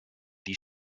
die